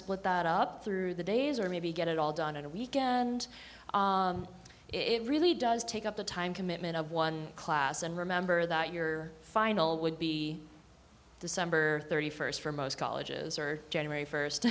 split that up through the days or maybe get it all done in a week and it really does take up the time commitment of one class and remember that your final would be december thirty first for most colleges are generally first